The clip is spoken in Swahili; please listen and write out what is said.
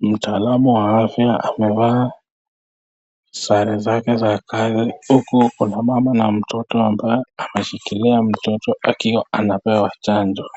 mtaalamu wa afya amevaa sare zake za kazi. Huku kuna mama na mtoto ambae ameshikilia mtoto akiwa anapewa chanjo.